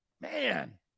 Man